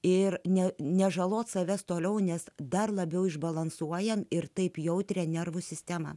ir net nežaloti savęs toliau nes dar labiau išbalansuojame ir taip jautrią nervų sistemą